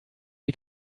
die